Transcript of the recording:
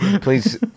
please